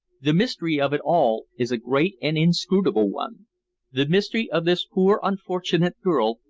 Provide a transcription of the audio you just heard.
the mystery of it all is a great and inscrutable one the mystery of this poor unfortunate girl,